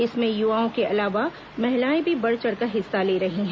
इसमें युवाओं के अलावा महिलाएं भी बढ़ चढ़कर हिस्सा ले रही हैं